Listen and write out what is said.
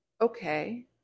okay